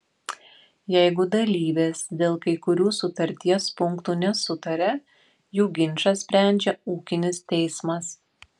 jeigu dalyvės dėl kai kurių sutarties punktų nesutaria jų ginčą sprendžia ūkinis teismas